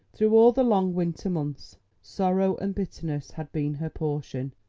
through all the long winter months sorrow and bitterness had been her portion,